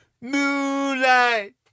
moonlight